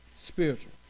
Spiritual